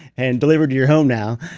and delivered to your home now,